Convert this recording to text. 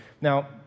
Now